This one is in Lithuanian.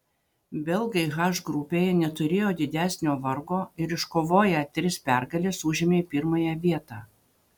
belgai h grupėje neturėjo didesnio vargo ir iškovoję tris pergales užėmė pirmąją vietą